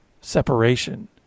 separation